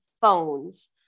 phones